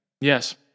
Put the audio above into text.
Yes